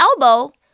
elbow